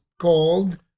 called